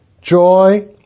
joy